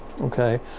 Okay